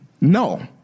No